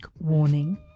warning